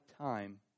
time